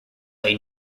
they